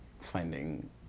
finding